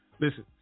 listen